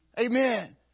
Amen